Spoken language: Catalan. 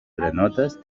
granotes